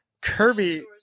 Kirby